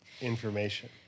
Information